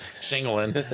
shingling